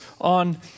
on